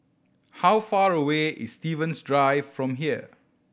how far away is Stevens Drive from here